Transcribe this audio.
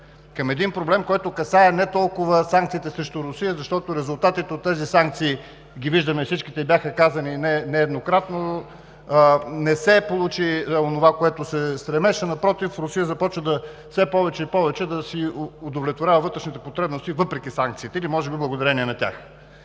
проблем – проблем, който касае не толкова санкциите срещу Русия, защото всички виждаме резултатите от тези санкции и бяха казани нееднократно, не се получи онова, към което се стремеше. Напротив, Русия започваше все повече и повече да удовлетворява вътрешните си потребности въпреки санкциите или може би благодарение на тях.